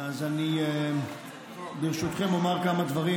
אז ברשותכם, אני אומר כמה דברים.